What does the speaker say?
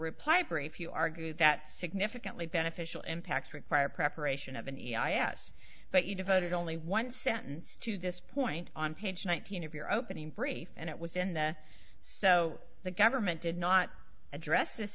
reply brief you argue that significantly beneficial impact require preparation of any i a s but you devoted only one sentence to this point on page nineteen of your opening brief and it was in the so the government did not address this